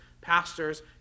pastors